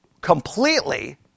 completely